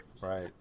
Right